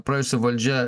praėjusi valdžia